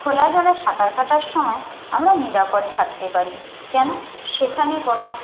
খোলা জলে সাঁতার কাটার সময় আমরা নিরাপদ থাকতে পারি কেন সেখানে কোনো